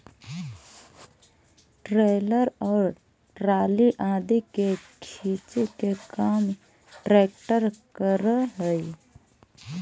trailer और trolley आदि के खींचे के काम ट्रेक्टर करऽ हई